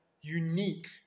unique